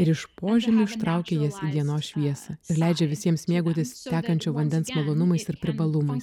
ir iš požemių ištraukia jas dienos šviesą ir leidžia visiems mėgautis tekančio vandens malonumais ir privalumais